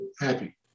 happy